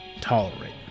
tolerate